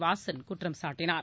வாசன் குற்றம் சாட்டினார்